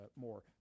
more